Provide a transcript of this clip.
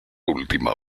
última